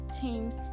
teams